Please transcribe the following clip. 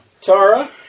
Tara